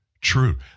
true